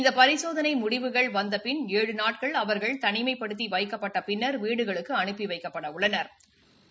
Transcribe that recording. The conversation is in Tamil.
இந்த பரிசோதனை முடிவுகள் வந்த பின் ஏழு நாட்கள் அவர்கள் தனிமைப்படுத்தி வைக்கப்பட்ட பின்னா் வீடுகளுக்கு அனுப்பி வைக்கப்பட உள்ளனா்